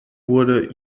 wurde